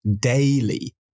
daily